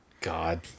God